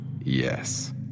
yes